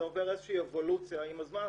זה עובר איזושהי אבולוציה עם הזמן,